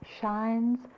shines